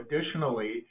additionally